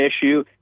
issue